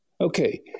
Okay